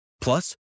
Plus